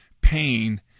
pain